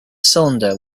cylinder